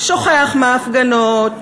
שוכח מהפגנות,